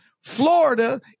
Florida